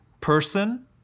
person